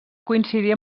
coincidir